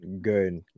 good